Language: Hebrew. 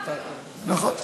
נכון.